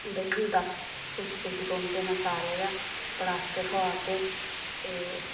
बेही जंदा खुशी खुशी बौहंदे न सारे गै पटाके ठोआलदे ते